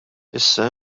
issa